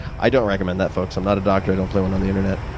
i don't recommend that, folks. i'm not a doctor. i don't play one on the internet.